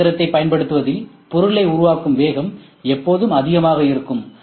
C இயந்திரத்தைப் பயன்படுத்துவதில் பொருளை உருவாக்கும் வேகம் எப்போதும் அதிகமாக இருக்கும்